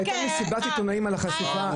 אבל הייתה מסיבת עיתונאים על החשיפה?